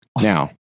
Now